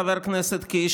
חבר הכנסת קיש,